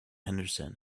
henderson